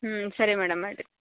ಹ್ಞೂ ಸರಿ ಮೇಡಮ್ ಮಾಡಿರಿ